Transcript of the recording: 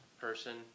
person